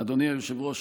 אדוני היושב-ראש,